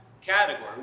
category